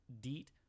deet